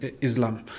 Islam